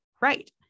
right